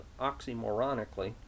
oxymoronically